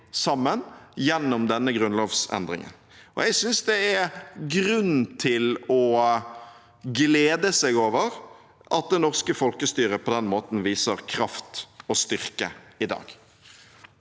sammen gjennom denne grunnlovsendringen, og jeg synes det er grunn til å glede seg over at det norske folkestyret på den måten viser kraft og styrke i dag.